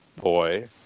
boy